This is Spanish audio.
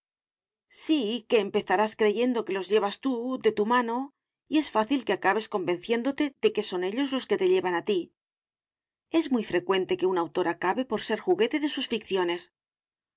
sí que empezarás creyendo que los llevas tú de tu mano y es fácil que acabes convenciéndote de que son ellos los que te llevan es muy frecuente que un autor acabe por ser juguete de sus ficciones